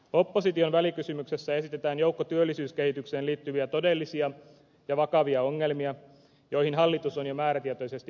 opposition välikysymyksessä esitetään joukko työllisyyskehitykseen liittyviä todellisia ja vakavia ongelmia joihin hallitus on jo määrätietoisesti puuttunut